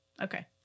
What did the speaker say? Okay